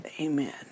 Amen